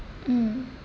mm